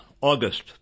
August